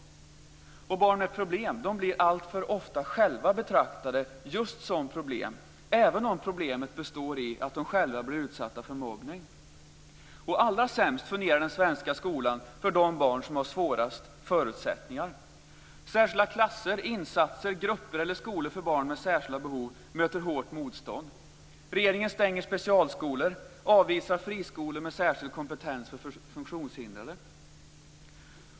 Och barn med problem blir alltför ofta själva betraktade just som problem, även om problemet består i att de själva blir utsatta för mobbning. Allra sämst fungerar den svenska skolan för de barn som har svårast förutsättningar. Särskilda klasser, insatser, grupper eller skolor för barn med särskilda behov möter hårt motstånd. Regeringen stänger specialskolor och avvisar friskolor med särskild kompetens för funktionshindrade.